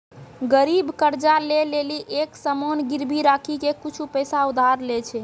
गरीब कर्जा ले लेली एक सामान गिरबी राखी के कुछु पैसा उधार लै छै